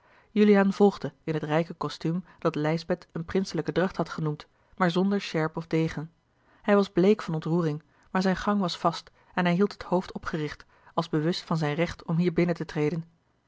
juliaan volgde in het rijke kostuum dat lijsbeth een prinselijke dracht had genoemd maar zonder sjerp of degen hij was bleek van ontroering maar zijn gang was vast en hij hield het hoofd opgericht als bewust van zijn recht om hierbinnen te treden